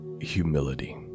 humility